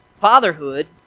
Fatherhood